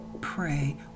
pray